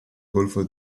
golfo